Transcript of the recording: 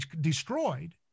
destroyed